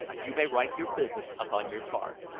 you may write your business upon your card.